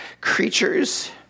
creatures